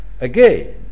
again